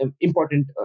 important